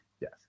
Yes